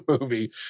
movie